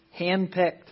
handpicked